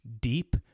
deep